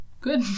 Good